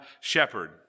shepherd